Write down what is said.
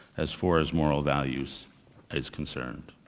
as far as moral values is concerned.